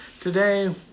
Today